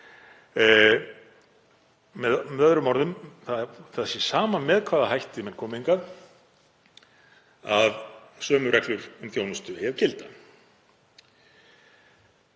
Með öðrum orðum: Að það sé sama með hvaða hætti menn koma hingað, sömu reglur um þjónustu eigi að